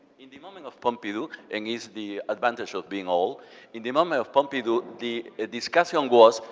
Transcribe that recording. in the moment of pompidou and is the advantage of being old in the moment of pompidou, the discussion was,